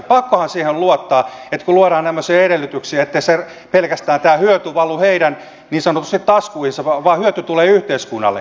pakkohan siihen on luottaa kun luodaan tämmöisiä edellytyksiä ettei tämä hyöty valu pelkästään heidän niin sanotusti taskuihinsa vaan hyöty tulee yhteiskunnalle